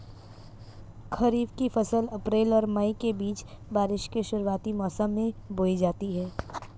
खरीफ़ की फ़सल अप्रैल और मई के बीच, बारिश के शुरुआती मौसम में बोई जाती हैं